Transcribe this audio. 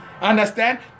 Understand